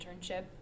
internship